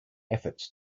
efforts